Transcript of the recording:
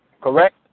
correct